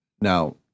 now